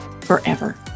forever